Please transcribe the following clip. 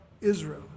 israel